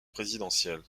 présidentielle